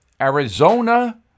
Arizona